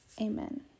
Amen